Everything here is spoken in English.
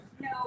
No